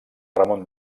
ramon